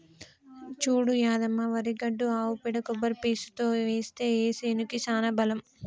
చూడు యాదమ్మ వరి గడ్డి ఆవు పేడ కొబ్బరి పీసుతో ఏస్తే ఆ సేనుకి సానా బలం